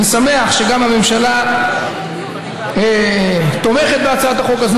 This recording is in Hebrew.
אני שמח שגם הממשלה תומכת בהצעת החוק הזו,